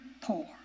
poor